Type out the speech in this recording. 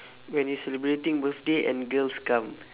when you celebrating birthday and girls come